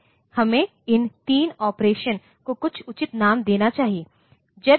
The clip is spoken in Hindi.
हमें इन 3 ऑपरेशन्स को कुछ उचित नाम देना चाहिए